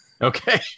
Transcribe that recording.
Okay